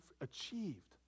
achieved